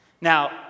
Now